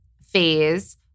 phase